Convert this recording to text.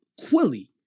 Quilly